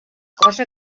cosa